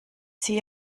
sie